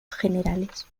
generales